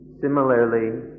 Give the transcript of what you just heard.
Similarly